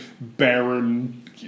barren